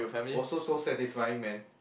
also so satisfying man